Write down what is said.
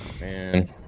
man